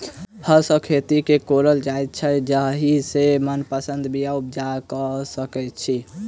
हर सॅ खेत के कोड़ल जाइत छै जाहि सॅ मनपसंद बीया बाउग क सकैत छी